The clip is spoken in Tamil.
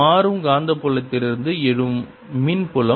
மாறும் காந்தப்புலத்திலிருந்து எழும் மின் புலம்